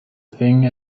thing